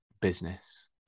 business